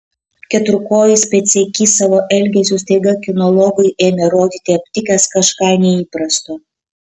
keturkojis pėdsekys savo elgesiu staiga kinologui ėmė rodyti aptikęs kažką neįprasto